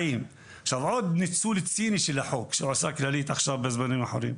עוד ניצול ציני של החוק שעושה כללית בזמן האחרון.